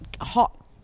hot